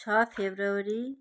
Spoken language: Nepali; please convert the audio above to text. छ फेब्रुअरी